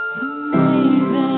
amazing